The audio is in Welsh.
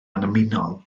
annymunol